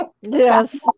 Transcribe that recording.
Yes